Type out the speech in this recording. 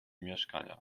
mieszkania